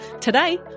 Today